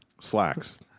slacks